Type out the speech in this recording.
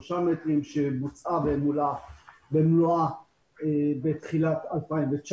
3 מטרים שבוצעה במלואה בתחילת 2019,